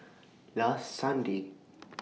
last Sunday